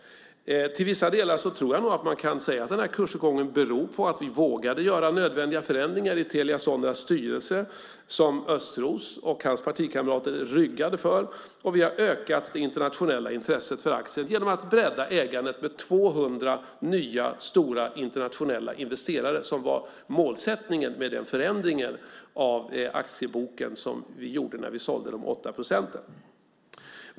Jag tror att man kan säga att till vissa delar beror kursuppgången på att vi vågade göra nödvändiga förändringar i Telia Soneras styrelse, något som Östros och hans partikamrater ryggade för. Och vi har ökat det internationella intresset för aktien genom att bredda ägandet med 200 nya, stora internationella investerare, som var målsättningen med den förändring av aktieboken som vi gjorde när vi sålde de 8 procenten.